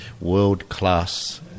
world-class